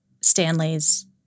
Stanley's